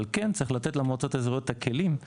אבל כן צריך לתת למועצות האזוריות לפחות